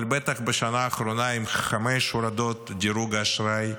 אבל בטח בשנה האחרונה עם חמש הורדות דירוג האשראי,